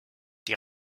die